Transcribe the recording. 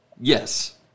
Yes